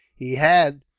he had,